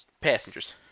Passengers